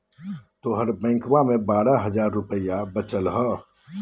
तोहर बैंकवा मे बारह हज़ार रूपयवा वचल हवब